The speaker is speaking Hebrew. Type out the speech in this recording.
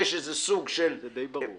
זה די ברור.